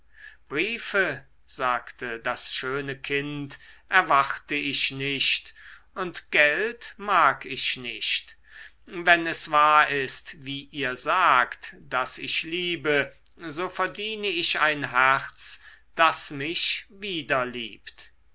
briefe sagte das schöne kind erwarte ich nicht und geld mag ich nicht wenn es wahr ist wie ihr sagt daß ich liebe so verdiene ich ein herz das mich wieder liebt